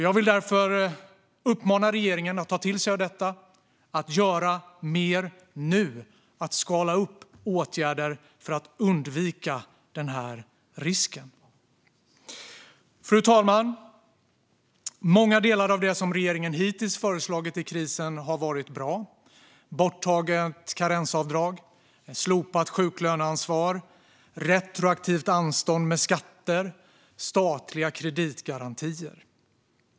Jag vill därför uppmana regeringen att ta till sig av detta, att göra mer nu, att vrida upp åtgärderna för att undvika den risken. Fru talman! Många delar av det regeringen hittills har föreslagit i krisen har varit bra. Det handlar om borttaget karensavdrag, slopat sjuklöneansvar, retroaktivt anstånd med skatter och statliga kreditgarantier.